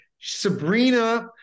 Sabrina